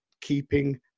keeping